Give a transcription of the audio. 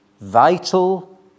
vital